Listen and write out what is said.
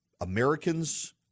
Americans